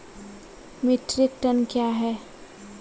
Metric ton कया हैं?